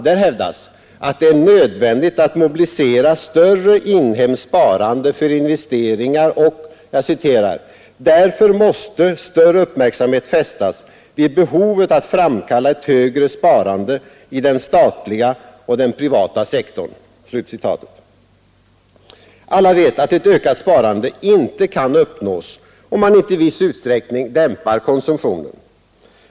Där hävdas, att det är nödvändigt att mobilisera större inhemskt sparande för investeringar och ”därför måste större uppmärksamhet fästas vid behovet att framkalla ett högre sparande i den statliga och den privata sektorn”. Alla vet, att ett ökat sparande inte kan uppnås om man inte i viss utsträckning dämpar konsumtionen.